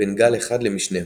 בין גל אחד למשנהו.